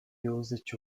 used